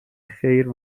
خیر